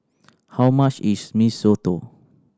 how much is Mee Soto